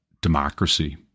democracy